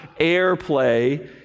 airplay